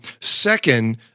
Second